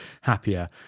happier